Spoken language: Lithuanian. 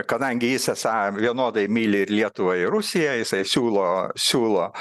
kadangi jis esą vienodai myli ir lietuvą ir rusiją jisai siūlo siūlo